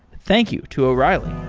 thank you to o'reilly